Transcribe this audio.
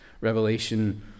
Revelation